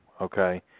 Okay